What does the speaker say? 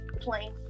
plain